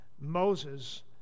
Moses